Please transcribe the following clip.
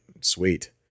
sweet